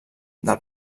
del